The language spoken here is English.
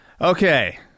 Okay